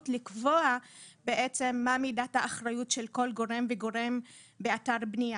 לקבוע מהי מידת האחריות של כל גורם וגורם באתר בנייה.